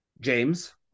James